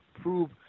prove